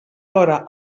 hora